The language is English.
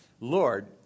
Lord